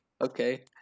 Okay